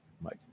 Mike